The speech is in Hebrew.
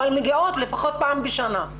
אבל מגיעות לפחות פעם בשנה.